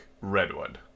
redwood